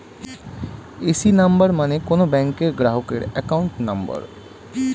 AC number মানে কোন ব্যাংকের গ্রাহকের অ্যাকাউন্ট নম্বর